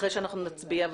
אחרי שנצביע,